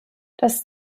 das